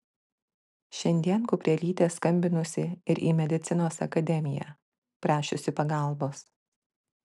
šiandien kuprelytė skambinusi ir į medicinos akademiją prašiusi pagalbos